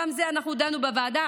וגם על זה אנחנו דנו בוועדה,